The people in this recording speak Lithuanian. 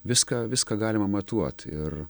viską viską galima matuot ir